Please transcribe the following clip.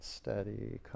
Steady